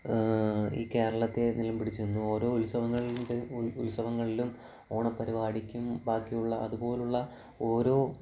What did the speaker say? ഈ കേരളത്തേ പിടിച്ചുനിന്നു ഓരോ ഉത്സവങ്ങളുടെയും ഉത്സവങ്ങളിലും ഓണ പരിപാടിക്കും ബാക്കിയുള്ള അതുപോലുള്ള ഓരോ